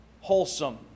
wholesome